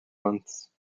months